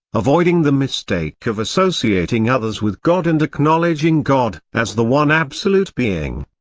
avoiding the mistake of associating others with god and acknowledging god as the one absolute being.